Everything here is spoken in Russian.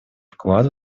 вклад